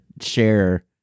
share